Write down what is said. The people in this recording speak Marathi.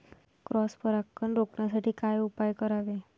क्रॉस परागकण रोखण्यासाठी काय उपाय करावे?